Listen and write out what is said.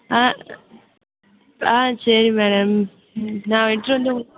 ஆ ஆ சரி மேடம் நான் எடுத்துகிட்டு வந்து உங்